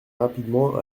rapidement